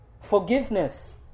Forgiveness